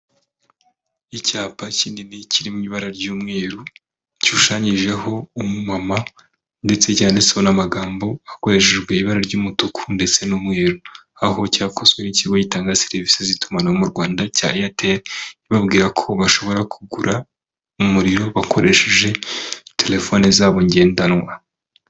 Icyapa kinini kiri mu ibara ry'umweru, kishushanyijeho umumama ndetse cyandistseho n'amagambo hakoreshejwe ibara ry'umutuku ndetse n'umweru. Aho cyakozwe n'ikigo gitanga serivisi z'itumanaho mu Rwanda cya Eyateri. Ibabwira ko bashobora kugura umuriro bakoresheje telefone zabo ngendanwa.